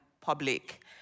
public